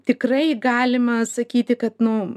tikrai galima sakyti kad nu